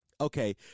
Okay